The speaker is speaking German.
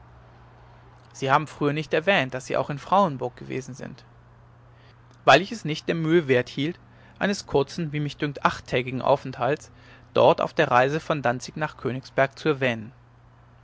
sie haben früher nicht erwähnt daß sie auch in frauenburg gewesen sind weil ich es nicht der mühe wert hielt eines kurzen wie mich dünkt achttägigen aufenthalts dort auf der reise von danzig nach königsberg zu erwähnen